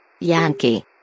Yankee